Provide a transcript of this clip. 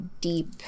deep